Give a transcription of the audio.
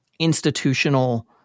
institutional